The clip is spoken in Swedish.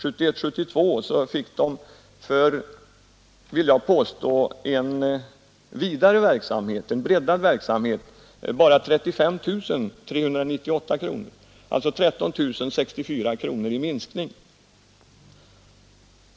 1971/72 fick den för vill jag påstå — en breddad verksamhet bara 35 398 kronor, alltså 13 064 kronor i minskning.